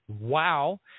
Wow